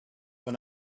when